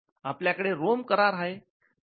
आपल्याकडे रोम करार आहे